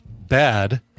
bad